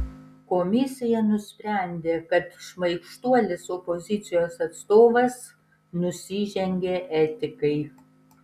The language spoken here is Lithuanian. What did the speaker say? komisija nusprendė kad šmaikštuolis opozicijos atstovas nusižengė etikai